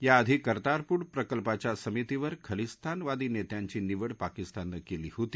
या आधी कर्तारपूर प्रकल्पाच्या समितीवर खलिस्तानवादी नस्यिांची निवड पाकिस्ताननं कली होती